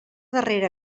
darrera